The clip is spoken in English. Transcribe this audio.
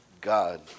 God